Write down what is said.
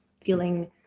feeling